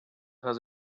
has